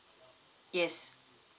yes